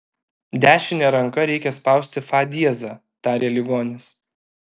dešine ranka reikia spausti fa diezą tarė ligonis